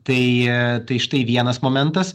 tai tai štai vienas momentas